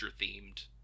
themed